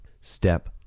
Step